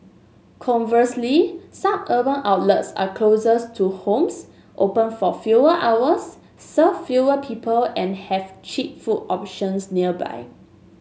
conversely suburban outlets are closer to homes open for fewer hours serve fewer people and have cheap food options nearby